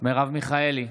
מרב מיכאלי,